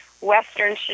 western